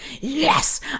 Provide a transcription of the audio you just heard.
yes